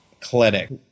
clinic